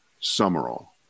Summerall